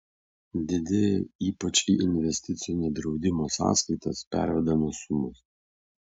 didėja ypač į investicinio draudimo sąskaitas pervedamos sumos